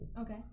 Okay